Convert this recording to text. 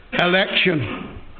election